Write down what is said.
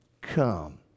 Come